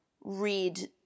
read